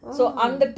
mm